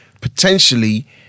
potentially